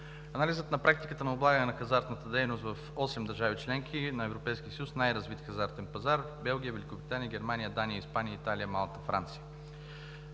Анализът на практиката на облагане на хазартната дейност в 8 държави – членки на Европейския съюз, с най-развит хазартен пазар – Белгия, Великобритания, Германия, Дания, Испания, Италия, Малта, Франция,